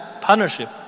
partnership